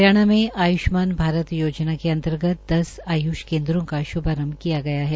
हरियाणा में आयुष्मान भारत योजना के अंतर्गत दस आय्ष केन्द्रों का श्भारंभ किया गया है